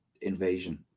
Invasion